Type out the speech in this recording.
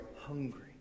hungry